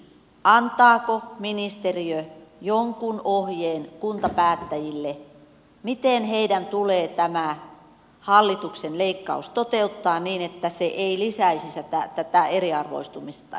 antaako ministeriö jonkun ohjeen kuntapäättäjille miten heidän tulee tämä hallituksen leikkaus toteuttaa niin että se ei lisäisi tätä eriarvoistumista entisestään